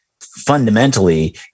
fundamentally